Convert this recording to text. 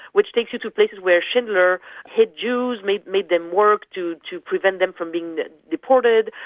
which takes you to places where schindler hid jews, made made them work to to prevent them from being deported,